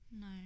No